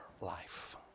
life